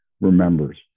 remembers